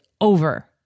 over